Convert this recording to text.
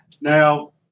Now